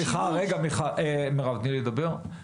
סליחה רגע מירב תני לי לדבר,